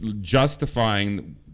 justifying